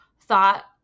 thought